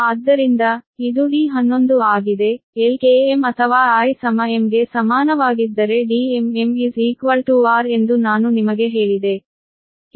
ಆದ್ದರಿಂದ ಇದು D11 ಆಗಿದೆ Ik m ಅಥವಾ i m ಗೆ ಸಮಾನವಾಗಿದ್ದರೆ Dmm r ಎಂದು ನಾನು ನಿಮಗೆ ಹೇಳಿದೆ